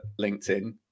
LinkedIn